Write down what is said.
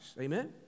Amen